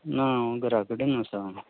ना हांव घरा कडेन आसा